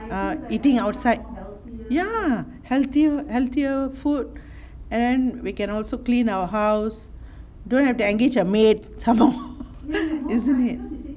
ah eating outside ya healthier healthier food and then we can also clean our house don't have to engage a maid some more easily